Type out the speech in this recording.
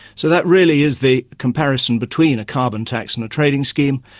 so that really is the comparison between a carbon tax and a trading scheme.